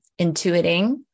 intuiting